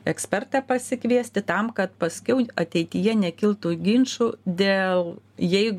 ekspertą pasikviesti tam kad paskiau ateityje nekiltų ginčų dėl jei